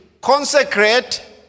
consecrate